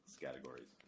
categories